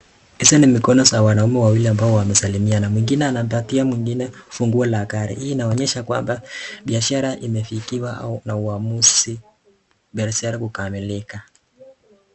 Hizi ni mikono ya wanaume wawili wanasalimiana, na mwingine anampea mwingine funguo la gari hii inaonyesha kwamba biashara imefikiwa na uamuzi au biashara kukamilika.